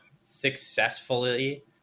successfully